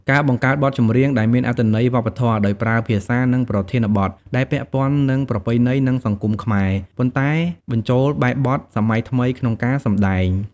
ការបង្កើតបទចម្រៀងដែលមានអត្ថន័យវប្បធម៌ ដោយប្រើភាសា និងប្រធានបទដែលពាក់ព័ន្ធនឹងប្រពៃណី និងសង្គមខ្មែរ ប៉ុន្តែបញ្ចូលបែបបទសម័យថ្មីក្នុងការសម្តែង។